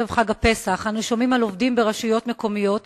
בעוד חמש שנים יהיה פה עוד דיון איך לא קרה כלום בפריפריה,